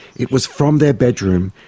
it was from their bedroom,